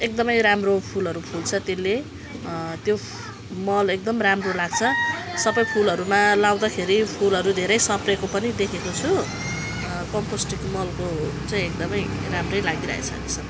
एकदमै राम्रो फुलहरू फुल्छ त्यसले त्यो मल एकदम राम्रो लाग्छ सबै फुलहरूमा लगाउँदाखेरि फुलहरू धेरै सप्रिएको पनि देखेको छु कम्पोस्टिङ मलको चाहिँ एकदमै राम्रै लागिरहेको छ अहिलेसम्म